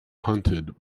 hunted